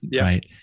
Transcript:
right